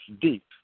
deep